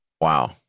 Wow